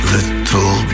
Little